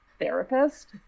therapist